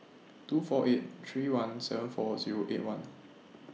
two four eight three one seven four Zero eight one